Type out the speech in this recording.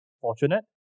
fortunate